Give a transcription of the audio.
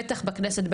בטח בכנסת,